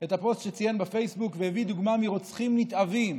את הפוסט שציין בפייסבוק והביא דוגמה מרוצחים נתעבים